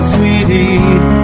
Sweetie